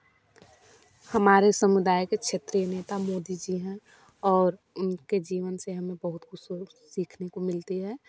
हमारे समुदाय के क्षेत्रीय नेता मोदी जी हैं और उनके जीवन से हमें बहुत कुछ सीखने को मिलती है